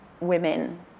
women